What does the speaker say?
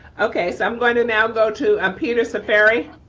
okay, so i'm going to now go to peter ciferri.